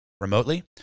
remotely